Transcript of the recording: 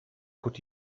could